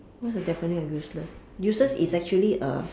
what is the definition of useless useless is actually a